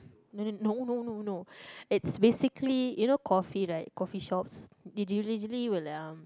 no no no no it's basically you know coffee right coffee shops